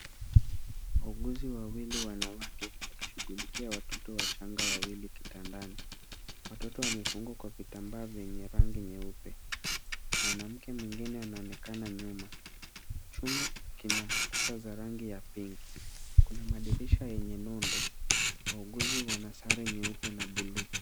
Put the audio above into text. Wauguzi wawili wanawake wakishughulikia watoto wachanga wawili kitandani, watoto wamefungwa kwa vitambaa venye rangi nyeupe, mwanamke mwingine anaonekana nyuma, chumba, kina, kuta za rangi ya pink , kuna madirisha yenye nondo, wauguzi wana sare nyeupe na buluu.